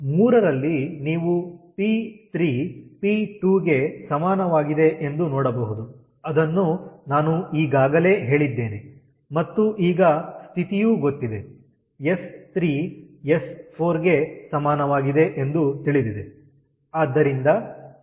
3ರಲ್ಲಿ ನೀವು ಪಿ3 ಪಿ2 ಗೆ ಸಮಾನವಾಗಿದೆ ಎಂದು ನೋಡಬಹುದು ಅದನ್ನು ನಾನು ಈಗಾಗಲೇ ಹೇಳಿದ್ದೇನೆ ಮತ್ತು ಈಗ ಸ್ಥಿತಿಯೂ ಗೊತ್ತಿದೆ ಎಸ್3 ಎಸ್4 ಗೆ ಸಮಾನವಾಗಿದೆ ಎಂದು ತಿಳಿದಿದೆ